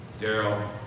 Daryl